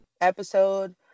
episode